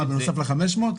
בנוסף ל-500?